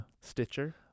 Stitcher